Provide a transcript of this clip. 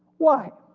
why?